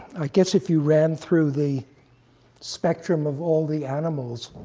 i guess, if you ran through the spectrum of all the animals,